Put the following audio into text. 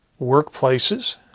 workplaces